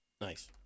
Nice